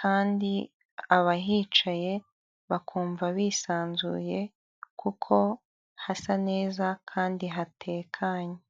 kandi abahicaye bakumva bisanzuye, kuko hasa neza kandi hatekanye.